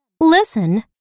listen